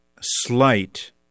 slight